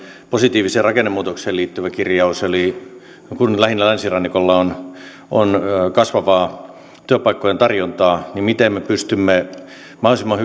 positiiviseen rakennemuutokseen liittyvä kirjaus eli kun kun lähinnä länsirannikolla on on kasvavaa työpaikkojen tarjontaa niin siihen tehdään työtä miten me pystymme mahdollisimman